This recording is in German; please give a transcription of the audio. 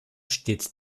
steht